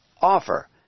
offer